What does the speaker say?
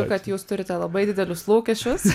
kad jūs turite labai didelius lūkesčius